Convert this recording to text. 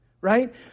right